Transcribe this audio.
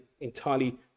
entirely